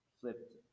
flipped